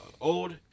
old